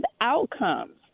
outcomes